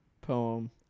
poem